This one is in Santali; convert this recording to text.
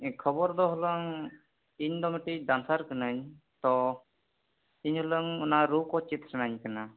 ᱠᱷᱚᱵᱚᱨ ᱫᱚ ᱦᱩᱱᱟᱹᱝ ᱤᱧ ᱫᱚ ᱢᱤᱫᱴᱤᱱ ᱰᱟᱱᱥᱟᱨ ᱠᱟᱹᱱᱟᱹᱧ ᱛᱚ ᱤᱧ ᱦᱩᱱᱟᱹᱝ ᱚᱱᱟ ᱨᱩ ᱠᱚ ᱪᱮᱫ ᱥᱟᱱᱟᱹᱧ ᱠᱟᱱᱟ